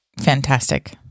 fantastic